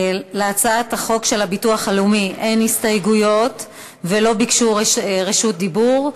להצעת החוק אין הסתייגויות ולא ביקשו רשות דיבור,